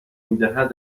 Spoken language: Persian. میدهد